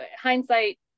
hindsight